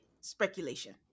speculation